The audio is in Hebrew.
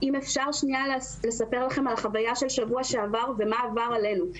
אם אוכל לספר על החוויה של שבוע שעבר ומה עבר עלינו,